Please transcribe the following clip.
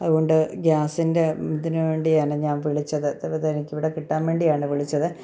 അതുകൊണ്ട് ഗ്യാസിന്റെ ഇതിനു വേണ്ടിയാണ് ഞാൻ വിളിച്ചത് ഇത് ഇവിടെ കിട്ടാൻ വേണ്ടിയാണ് വിളിച്ചത്